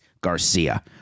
Garcia